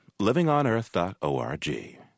livingonearth.org